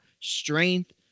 strength